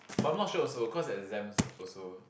but I'm not sure also cause exam also